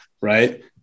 right